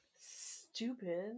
Stupid